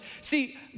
See